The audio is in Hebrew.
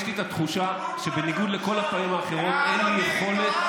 יש לי את התחושה שבניגוד לכל הפעמים האחרות אין לי יכולת,